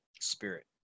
spirit